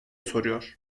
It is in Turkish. soruyor